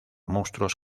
monstruos